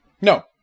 No